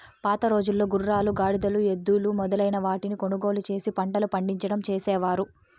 పాతరోజుల్లో గుర్రాలు, గాడిదలు, ఎద్దులు మొదలైన వాటిని కొనుగోలు చేసి పంటలు పండించడం చేసేవారు